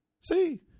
See